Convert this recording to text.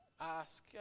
ask